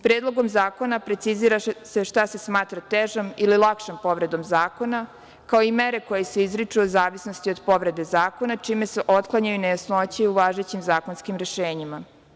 Predlogom zakona precizira se šta se smatra težom ili lakšom povredom zakona, kao i mere koje se izriču u zavisnosti od povrede zakona, čime se otklanjaju nejasnoće u važećim zakonskim rešenjima.